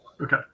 Okay